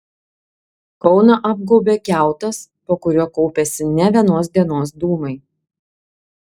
kauną apgaubė kiautas po kuriuo kaupiasi ne vienos dienos dūmai